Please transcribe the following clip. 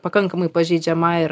pakankamai pažeidžiama ir